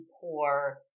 poor